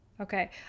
okay